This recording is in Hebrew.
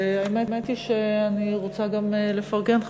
והאמת היא שאני רוצה גם לפרגן,